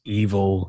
evil